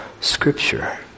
scripture